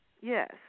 Yes